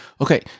Okay